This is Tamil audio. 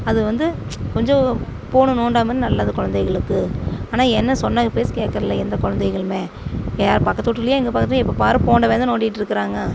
அது வந்து கொஞ்சம் ஃபோனு நோண்டாமல் இருந்தால் நல்லது குழந்தைங்களுக்கு ஆனால் என்ன சொன்ன பேச்சு கேட்குறது இல்லை எந்த குழந்தைங்களுமே என் பக்கத்து வீட்லயும் எப்போப்பாரு ஃபோனயே தான் நோண்டிட்டு இருக்கிறாங்க